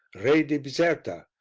re di bizerta,